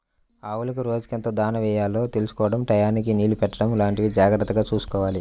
ఆవులకు రోజుకెంత దాణా యెయ్యాలో తెలుసుకోడం టైయ్యానికి నీళ్ళు పెట్టడం లాంటివి జాగర్తగా చూసుకోవాలి